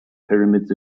pyramids